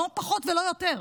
לא פחות ולא יותר.